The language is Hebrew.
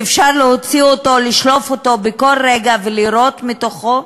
שאפשר להוציא אותו, לשלוף אותו בכל רגע ולירות בו,